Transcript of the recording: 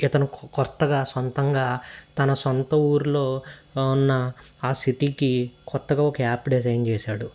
ఇతను క్రొత్తగా సొంతంగా తన సొంత ఊరిలో ఉన్న ఆ సిటీకి కొత్తగా ఒక యాప్ డిజైన్ చేశాడు